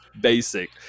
basic